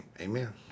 amen